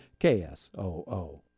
KSOO